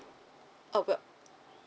oh well